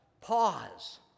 pause